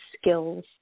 skills